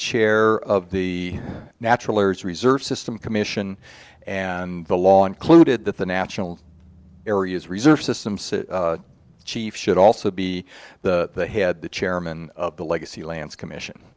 chair of the natural ors reserve system commission and the law included that the natural areas reserve system city chiefs should also be the head the chairman of the legacy lands commission